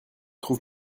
trouve